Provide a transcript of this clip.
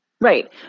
Right